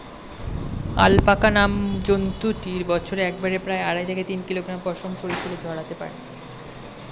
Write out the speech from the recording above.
alpaca নামক জন্তুটি বছরে একবারে প্রায় আড়াই থেকে তিন কিলোগ্রাম পশম শরীর থেকে ঝরাতে পারে